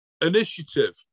initiative